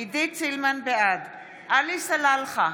בעד עלי סלאלחה,